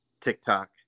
TikTok